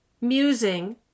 musing